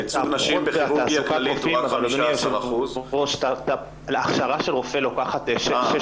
וייצוג נשים בכירורגיה כללית הוא רק 15%. הכשרה של רופא לוקחת שש